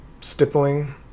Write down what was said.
stippling